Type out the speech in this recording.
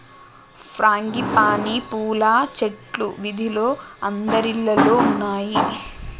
frangipani పూల చెట్లు వీధిలో అందరిల్లల్లో ఉన్నాయి